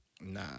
Nah